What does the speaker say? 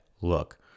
look